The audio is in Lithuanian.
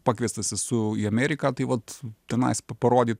pakviestas esu į ameriką tai vat tenais parodyt